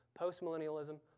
postmillennialism